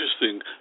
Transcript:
interesting